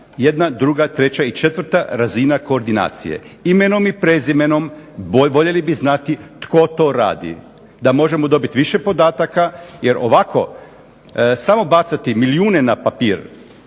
jedna, druga, treća i četvrta razina koordinacije, imenom i prezimenom voljeli bi znati tko to radi, da možemo dobiti više podataka jer ovako samo bacati milijune na papir,